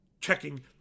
checking